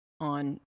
on